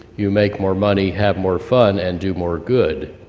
you make more money, have more fun, and do more good.